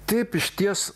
taip išties